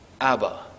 Abba